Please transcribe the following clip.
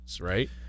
right